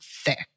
thick